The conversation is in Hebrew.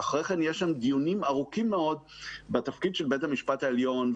יש שם גם דיונים ארוכים מאוד בתפקיד של בית המשפט העליון,